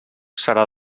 serà